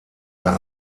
der